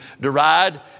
deride